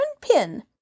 pin